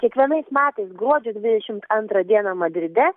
kiekvienais metais gruodžio dvidešimt antrą dieną madride